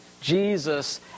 Jesus